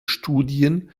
studien